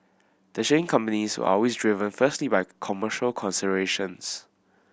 the shipping companies are always driven firstly by commercial considerations